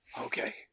Okay